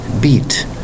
Beat